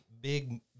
big